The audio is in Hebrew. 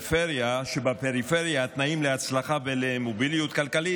שבפריפריה התנאים להצלחה ולמוביליות כלכלית